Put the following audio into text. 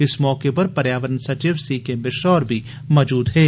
इस मौके उप्पर पर्यावरण सचिव सी के मिश्रा होर बी मौजूद हे